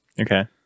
Okay